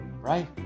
right